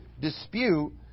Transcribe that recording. dispute